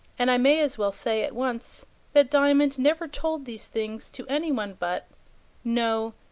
and i may as well say at once that diamond never told these things to any one but no,